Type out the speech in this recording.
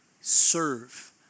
serve